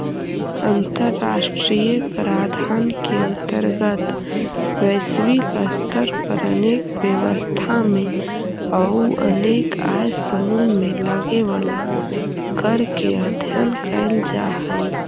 अंतर्राष्ट्रीय कराधान के अंतर्गत वैश्विक स्तर पर अनेक व्यवस्था में अउ अनेक आय समूह में लगे वाला कर के अध्ययन कैल जा हई